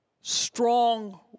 Strong